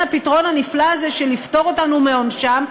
הפתרון הנפלא הזה של לפטור אותנו מעונשם,